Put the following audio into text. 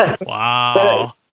Wow